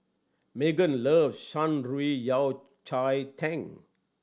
Meggan love Shan Rui Yao Cai Tang